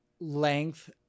Length